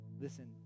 Listen